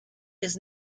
his